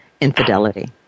infidelity